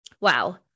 Wow